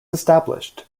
established